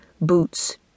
boots